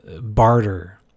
barter